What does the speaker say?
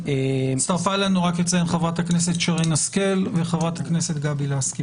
הצטרפו אלינו חברת הכנסת שרן השכל וחברת הכנסת גבי לסקי,